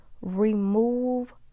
remove